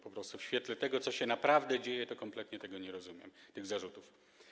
Po prostu w świetle tego, co się naprawdę dzieje, kompletnie nie rozumiem tych zarzutów.